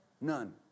None